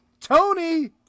Tony